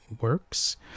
works